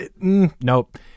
nope